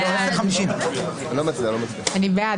מי נגד?